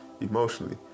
emotionally